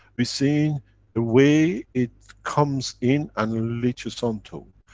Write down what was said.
we've seen the way it comes in and leeches on to.